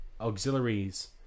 auxiliaries